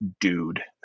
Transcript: dude